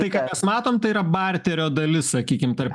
tai ką mes matom tai yra barterio dalis sakykim tarp